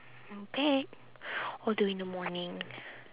not bad all the way in the morning